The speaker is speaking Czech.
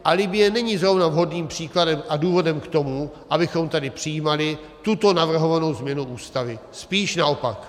A Libye není zrovna vhodným příkladem a důvodem k tomu, abychom tady přijímali tuto navrhovanou změnu Ústavy, spíš naopak.